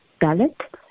ballot